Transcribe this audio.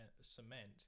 cement